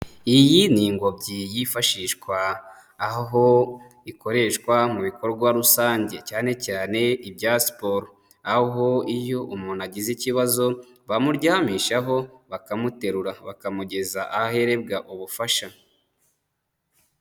Iyi ni ingobyi yifashishwa aho ikoreshwa mu bikorwa rusange, cyane cyane ibya siporo aho iyo umuntu agize ikibazo bamuryamishaho bakamuterura bakamugeza aho aherebwa ubufasha.